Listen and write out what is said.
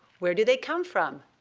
where do they come from?